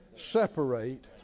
separate